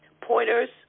pointers